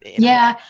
yeah,